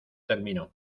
terminó